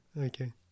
Okay